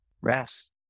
rest